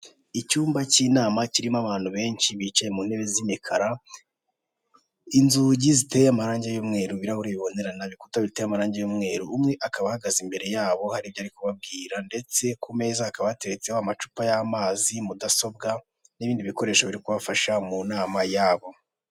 Icyumba k'inama kirimo abantu benshi bicaye mu ntebe z'imikara, inzugi ziteye amarange y'umweru, ibirahure bibonerana, ibikuta biteye amabara y'umweru, umwe akaba ahagaze imbere yabo hari ibyo ari kubabwira, ndetse ku meza hakaba hateretseho amacupa y'amazi, mudasobwa n'ibindi bikoresho biri kubafasha mu nama yabo.